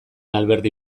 alberdi